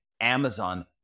Amazon